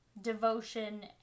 devotion